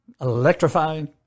electrifying